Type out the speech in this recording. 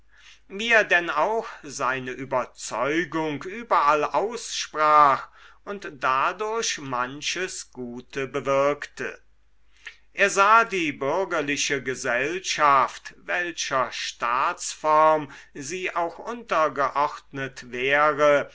denn auch seine überzeugung überall aussprach und dadurch manches gute bewirkte er sah die bürgerliche gesellschaft welcher staatsform sie auch untergeordnet wäre